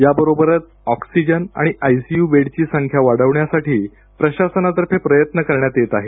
याबरोबरच ऑक्सिजन आणि I C U बेडची संख्या वाढवण्यासाठी प्रशासनातर्फे प्रयत्न करण्यात येत आहेत